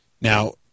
Now